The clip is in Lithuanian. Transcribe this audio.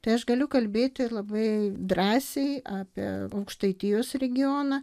tai aš galiu kalbėti ir labai drąsiai apie aukštaitijos regioną